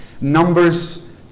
numbers